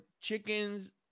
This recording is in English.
chickens